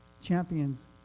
Champions